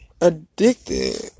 addicted